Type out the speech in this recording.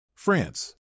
France